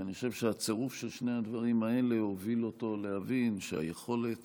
ואני חושב שהצירוף של שני הדברים האלה הוביל אותו להבין שהיכולת